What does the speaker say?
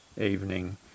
evening